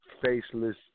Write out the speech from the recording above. Faceless